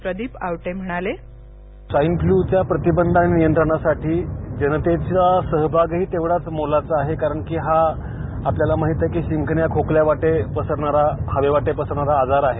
प्रदीप आवटे म्हणाले स्वाईन फ्लूच्या प्रतिबंध आणि नियंत्रणासाठी जनतेचा सहभागही तेवढाच मोलाचा आहे कारण की आपल्याला माहित आहे की हा शिंका खोकल्यावाटे हवेवाटे पसरणारा आजार आहे